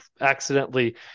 accidentally